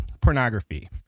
Pornography